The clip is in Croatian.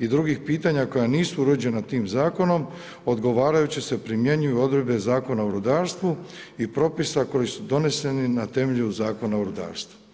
i drugih pitanja koji nisu uređena tim zakonom, odgovarajuće se primjenjuju odredbe Zakona o rudarstvu i propisa koji su doneseni na temelju Zakona o rudarstvu.